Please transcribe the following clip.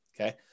okay